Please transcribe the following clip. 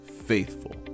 faithful